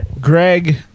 Greg